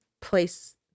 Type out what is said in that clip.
place